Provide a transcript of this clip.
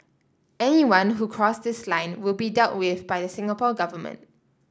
anyone who cross this line will be dealt with by the Singapore Government